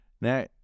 Now